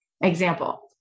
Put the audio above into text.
Example